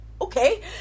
Okay